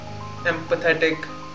empathetic